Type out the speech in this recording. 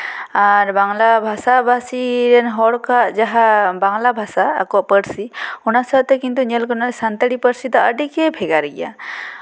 ᱟᱨ ᱵᱟᱝᱞᱟ ᱵᱷᱟᱥᱟᱼᱵᱷᱟᱥᱤ ᱨᱮᱱ ᱦᱚᱲ ᱠᱚᱣᱟᱜ ᱡᱟᱦᱟᱸ ᱵᱟᱝᱞᱟ ᱵᱷᱟᱥᱟ ᱟᱠᱚᱣᱟᱜ ᱯᱟᱹᱨᱥᱤ ᱚᱱᱟ ᱥᱟᱶᱛᱮ ᱠᱤᱱᱛᱩ ᱧᱮᱞ ᱜᱟᱱᱚᱜᱼᱟ ᱥᱟᱱᱛᱟᱲᱤ ᱯᱟᱹᱨᱥᱤ ᱫᱚ ᱟᱹᱰᱮᱜᱮ ᱵᱷᱮᱜᱟᱨ ᱜᱮᱭᱟ